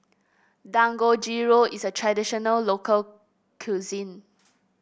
dangojiru is a traditional local cuisine